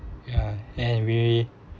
ya and we